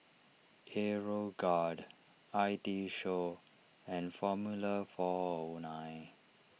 Aeroguard I T Show and formula four O nine